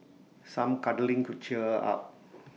some cuddling could cheer her up